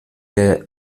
der